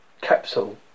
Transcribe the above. Capsule